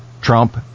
Trump